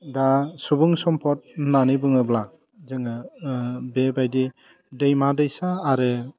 दा सुबुं सम्फद होन्नानै बुङोब्ला जोङो बेबायदि दैमा दैसा आरो